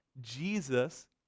Jesus